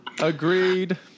Agreed